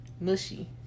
mushy